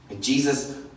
Jesus